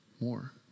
more